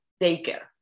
daycare